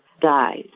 dies